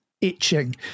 itching